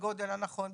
בגודל הנכון,